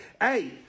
hey